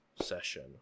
session